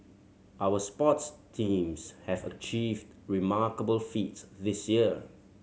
our sports teams have achieved remarkable feats this year